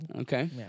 Okay